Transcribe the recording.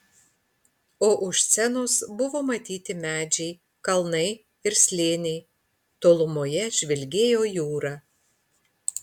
o už scenos buvo matyti medžiai kalnai ir slėniai tolumoje žvilgėjo jūra